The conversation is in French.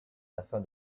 afin